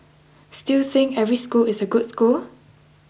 still think every school is a good school